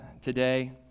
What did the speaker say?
today